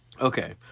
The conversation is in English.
Okay